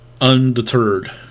undeterred